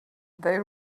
they